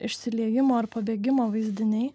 išsiliejimo ar pabėgimo vaizdiniai